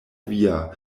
via